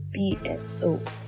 BSO